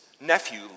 nephew